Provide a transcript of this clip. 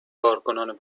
کارکنان